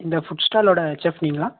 இந்த ஃபுட் ஸ்டாலோட செஃப்புங்களா